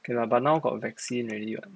okay lah but now got vaccine already what